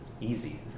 easy